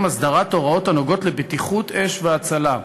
הסדרת הוראות הנוגעות לבטיחות אש והצלה.